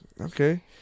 okay